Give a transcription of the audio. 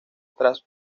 tras